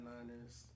Niners